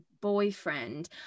boyfriend